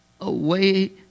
away